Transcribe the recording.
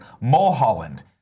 Mulholland